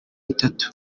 bitatu